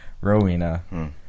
Rowena